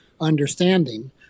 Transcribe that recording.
understanding